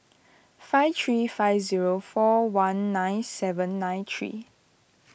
five three five zero four one nine seven nine three